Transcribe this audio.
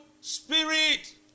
spirit